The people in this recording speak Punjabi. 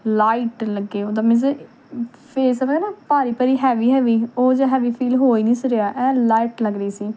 ਲਾਈਟ ਲੱਗੇ ਉਹਦਾ ਮੀਨਜ਼ ਫੇਸ ਜਿਵੇਂ ਨਾ ਭਾਰੀ ਭਾਰੀ ਹੈਵੀ ਹੈਵੀ ਉਹ ਜਿਹਾ ਵੀ ਫੀਲ ਹੋ ਹੀ ਨਹੀਂ ਸੀ ਰਿਹਾ ਐਨ ਲਾਈਟ ਲੱਗ ਰਹੀ ਸੀ